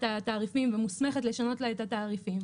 התעריפים ומוסמכת לשנות לה את התעריפים,